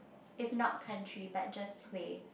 if not country but just place